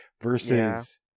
versus